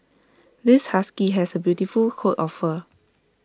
this husky has A beautiful coat of fur